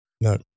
No